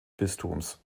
bistums